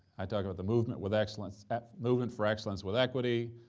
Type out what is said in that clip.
i talk about the movement with excellence movement for excellence with equity.